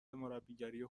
مربیگری